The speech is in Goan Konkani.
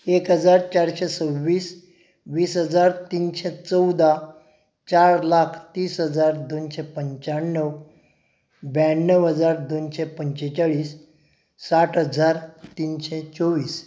एक हजार चारशें सव्वीस वीस हजार तिनशें चवदा चार लाख तीस हजार दोनशें पंचाण्णव ब्याण्णव हजार दोनशें पंचेचाळीस साठ हजार तिनशें चोवीस